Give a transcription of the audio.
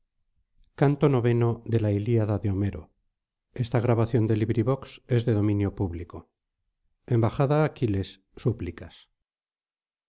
embajada á aquiles súplicas